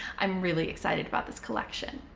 i'm really excited about this collection.